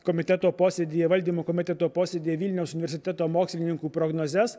komiteto posėdyje valdymo komiteto posėdyje vilniaus universiteto mokslininkų prognozes